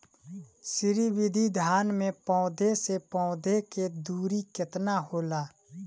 श्री विधि धान में पौधे से पौधे के दुरी केतना होला?